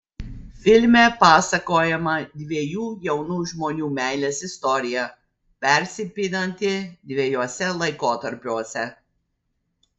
filme pasakojama dviejų jaunų žmonių meilės istorija persipinanti dviejuose laikotarpiuose